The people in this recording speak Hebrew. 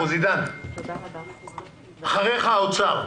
עידן ואחריך האוצר.